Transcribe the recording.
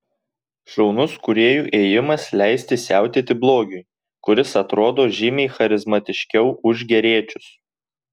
šaunus kūrėjų ėjimas leisti siautėti blogiui kuris atrodo žymiai charizmatiškiau už geriečius